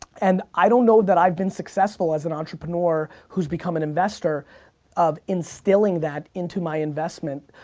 and i don't know that i've been successful as an entrepreneur who's become an investor of instilling that into my investment,